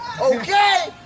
okay